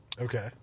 Okay